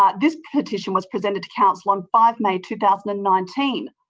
um this petition was presented to council on five may two thousand and nineteen.